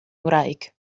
ngwraig